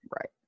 right